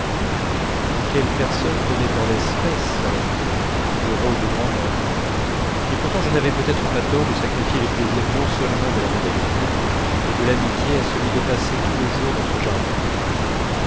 et quelles personnes tenaient en l'espèce le rôle de grand'mère et pourtant je n'avais peut-être pas tort de sacrifier les plaisirs non seulement de la mondanité mais de l'amitié à celui de passer tout le jour dans ce jardin